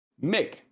Mick